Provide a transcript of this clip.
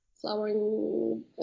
flowering